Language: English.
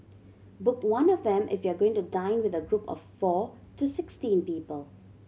book one of them if you are going to dine with a group of four to sixteen people